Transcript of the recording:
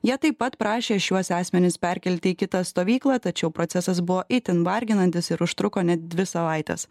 jie taip pat prašė šiuos asmenis perkelti į kitą stovyklą tačiau procesas buvo itin varginantis ir užtruko net dvi savaites